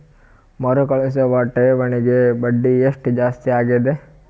ಮರುಕಳಿಸುವ ಠೇವಣಿಗೆ ಬಡ್ಡಿ ಎಷ್ಟ ಜಾಸ್ತಿ ಆಗೆದ?